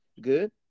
good